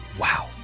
Wow